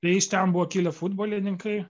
iš ten buvo kilę futbolininkai